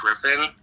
Griffin